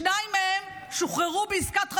שניים מהם שוחררו בעסקת חטופים.